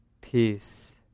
Peace